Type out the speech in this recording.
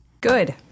Good